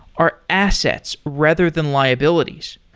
are assets rather than liabilities.